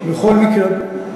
בכל מקרה,